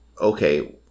okay